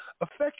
Affect